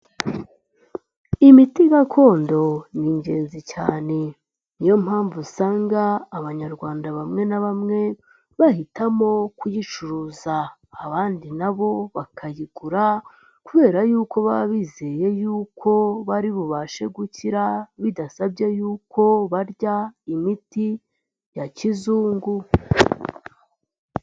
Imiti gakondo ni ingenzi cyane, ni yo mpamvu usanga Abanyarwanda bamwe na bamwe, bahitamo kuyicuruza, abandi na bo bakayigura, kubera yuko baba bizeye yuko bari bubashe gukira, bidasabye yuko barya imiti ya kizungu.